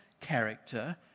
character